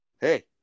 hey